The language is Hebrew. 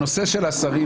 הנושא של השרים,